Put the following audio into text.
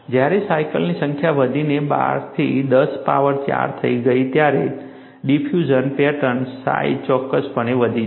જ્યારે સાયકલની સંખ્યા વધીને 12 થી 10 પાવર 4 થઈ ગઈ ત્યારે ડિફ્યુજન પેટર્નની સાઈજ ચોક્કસપણે વધી છે